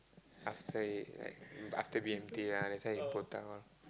after like after b_m_t ah that's why he